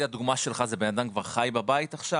הדוגמה שלך זה בן אדם כבר חי בבית עכשיו,